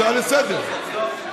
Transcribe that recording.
הצעה לסדר-היום.